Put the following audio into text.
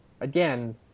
again